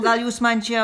gal jūs man čia